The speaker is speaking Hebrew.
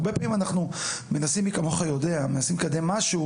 הרבה פעמים מי כמוך יודע מנסים לקדם משהו